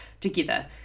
together